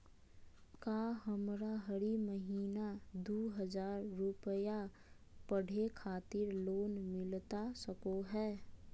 का हमरा हरी महीना दू हज़ार रुपया पढ़े खातिर लोन मिलता सको है?